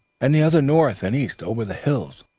and the other north and east over the hills.